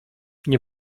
nie